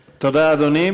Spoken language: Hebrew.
תודה, אדוני.